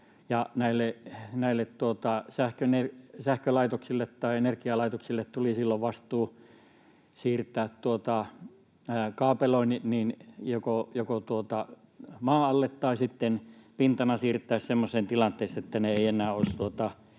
tai energialaitoksille tuli silloin vastuu siirtää kaapelointi joko maan alle tai sitten pintana siirtää semmoiseen tilanteeseen, että ei enää olisi